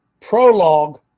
prologue